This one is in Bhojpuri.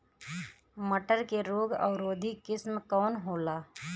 मटर के रोग अवरोधी किस्म कौन होला?